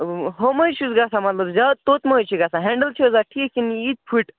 ہُہ ما حظ چھُس گژھان مطلب زیادٕ توٚت ما چھِ گژھان ہینٛڈٕل چھِ حظ اتھ ٹھیٖک کِنہٕ یِتہِ پھُٹہِ